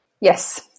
Yes